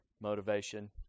motivation